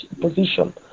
position